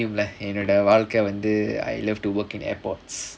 என்னோட வாழ்க்க வந்து:ennoda vaalkka vanthu I love to work in airports